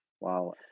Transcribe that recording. wow